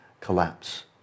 collapse